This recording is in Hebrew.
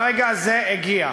והרגע הזה הגיע.